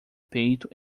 peito